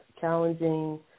challenging